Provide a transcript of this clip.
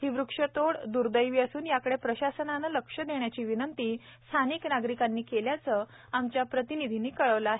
ही वृक्षतोड द्र्दैवी असून याकडे प्रशासनाने लक्ष देण्याची विनंती स्थानिक नागरिकांनी केल्याचं आमच्या प्रतिनिधीने कळवले आहे